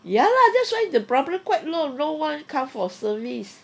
ya lah that's why the problem quite long [one] come from service